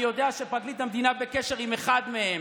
אני יודע שפרקליט המדינה בקשר עם אחד מהם.